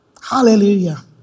Hallelujah